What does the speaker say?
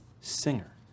singer